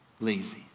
lazy